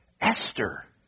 Esther